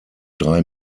drei